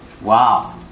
Wow